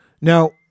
now